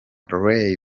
ray